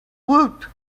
woot